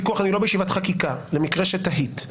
למקרה שתהית,